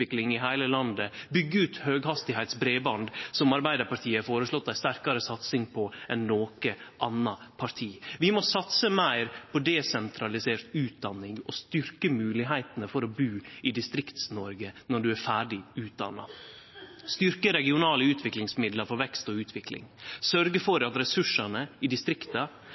høghastigheitsbreiband, som Arbeidarpartiet har føreslått ei sterkare satsing på enn noko anna parti. Vi må satse meir på desentralisert utdanning og styrkje moglegheitene for å bu i Distrikts-Noreg når ein er ferdig utdanna, styrkje regionale utviklingsmidlar for vekst og utvikling, sørgje for at ressursane i distrikta